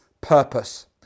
purpose